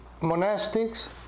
monastics